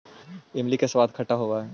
इमली का स्वाद खट्टा होवअ हई